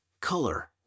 color